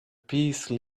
peace